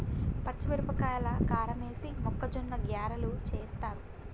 పచ్చిమిరపకాయల కారమేసి మొక్కజొన్న గ్యారలు చేస్తారు